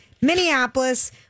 Minneapolis